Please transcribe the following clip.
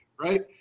right